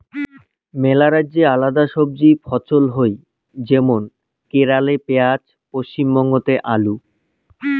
মেলা রাজ্যে আলাদা সবজি ফছল হই যেমন কেরালে পেঁয়াজ, পশ্চিমবঙ্গতে আলু